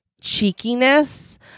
cheekiness